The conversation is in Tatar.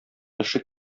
эше